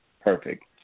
perfect